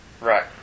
Right